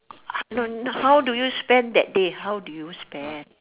how no no how do you spend that day how do you spend